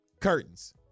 Curtains